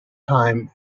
time